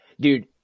Dude